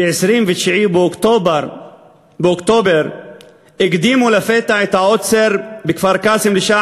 ב-29 באוקטובר הקדימו לפתע את העוצר בכפר-קאסם לשעה